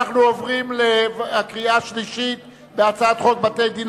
אנחנו עוברים לקריאה שלישית בהצעת חוק בתי-הדין